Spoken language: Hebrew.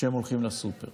כשהם הולכים לסופר.